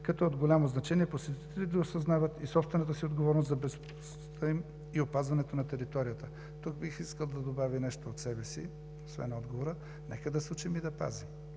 като от голямо значение е посетителите да осъзнават и собствената си отговорност за безопасността им и опазването на територията. Тук бих искал да добавя нещо от себе си, освен отговора – нека да се учим и да пазим.